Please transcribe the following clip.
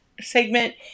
segment